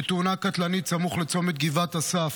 בתאונה קטלנית סמוך לצומת גבעת אסף,